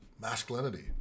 Masculinity